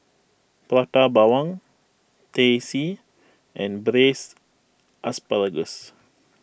Prata Bawang Teh C and Braised Asparagus